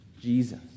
Jesus